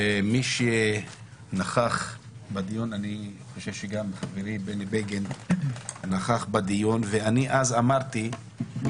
מי שנכח בדיון וזה גם כתוב בפרוטוקול אמרתי שהשב"ס